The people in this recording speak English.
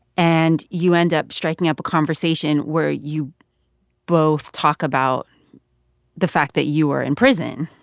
and you end up striking up a conversation where you both talk about the fact that you were in prison.